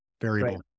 variable